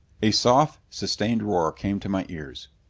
a soft, sustained roar came to my ears.